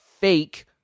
fake